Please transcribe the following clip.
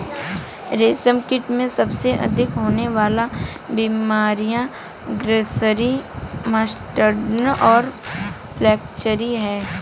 रेशमकीट में सबसे अधिक होने वाली बीमारियां ग्रासरी, मस्कार्डिन और फ्लैचेरी हैं